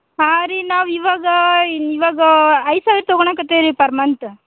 ಹಾಂ ರೀ ನಾವು ಇವಾಗ ಇವಾಗ ಐದು ಸಾವಿರ ತಗೊಳೋಕತ್ತೀವ್ರಿ ಪರ್ ಮಂತ್